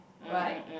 right